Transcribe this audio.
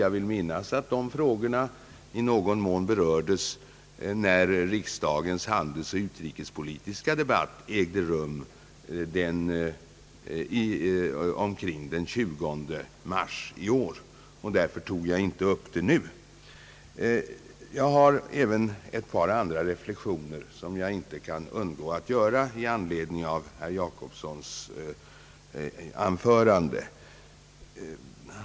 Jag vill minnas att dessa frågor berördes i riksdagens handelsoch utrikes politiska debatt den 21 mars i år, och därför tog jag inte upp det nu. Det är även ett par andra reflexioner som jag inte kan undgå att göra i anledning av herr Jacobssons anförande.